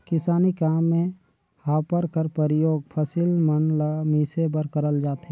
किसानी काम मे हापर कर परियोग फसिल मन ल मिसे बर करल जाथे